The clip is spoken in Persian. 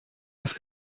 است